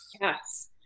Yes